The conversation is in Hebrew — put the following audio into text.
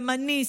ימני,